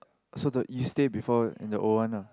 so the you stay before in the old one ah